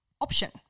option